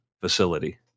facility